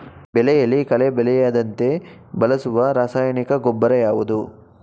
ಬೆಳೆಯಲ್ಲಿ ಕಳೆ ಬೆಳೆಯದಂತೆ ಬಳಸುವ ರಾಸಾಯನಿಕ ಗೊಬ್ಬರ ಯಾವುದು?